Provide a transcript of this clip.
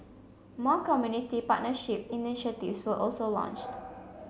more community partnership initiatives were also launched